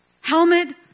Helmet